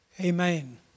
Amen